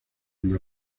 una